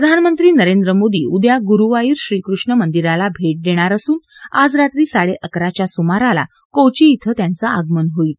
प्रधानमंत्री नरेंद्र मोदी उदया गुरुवायूर श्रीकृष्ण मंदिराला भेट देणार असून आज रात्री साडेअकराच्या सुमाराला कोची क्रे त्यांचं आगमन होईल